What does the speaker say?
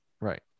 Right